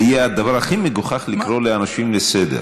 וזה יהיה הדבר הכי מגוחך לקרוא אנשים לסדר.